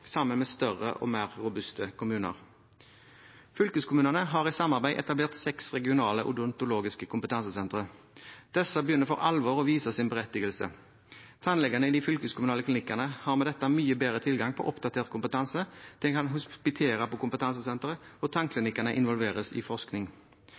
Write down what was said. sammen med større og mer robuste kommuner. Fylkeskommunene har i samarbeid etablert seks regionale odontologiske kompetansesentre. Disse begynner for alvor å vise sin berettigelse. Tannlegene i de fylkeskommunale klinikkene har med dette mye bedre tilgang på oppdatert kompetanse, de kan hospitere på kompetansesentre, og tannklinikkene involveres i forskning.